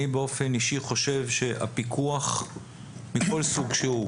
אני באופן אישי חושב שהפיקוח מכל סוג שהוא,